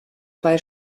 zwei